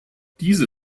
diese